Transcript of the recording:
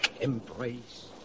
Embrace